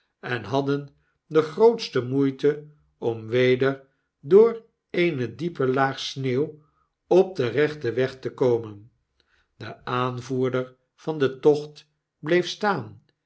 en hadden de grootste moeite om weder door eene diepe laag sneeuw op den rechten weg te komen de aanvoerder van den tocht bleef staan